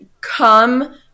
come